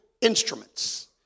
instruments